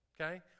Okay